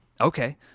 Okay